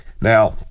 Now